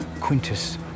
Quintus